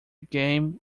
game